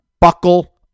Buckle